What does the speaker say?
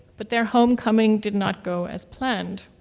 but their homecoming did not go as planned.